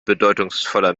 bedeutungsvoller